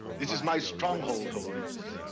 this is my stronghold, holmes,